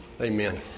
Amen